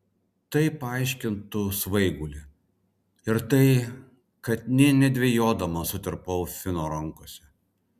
tai paaiškintų svaigulį ir tai kad nė nedvejodama sutirpau fino rankose